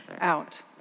out